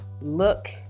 look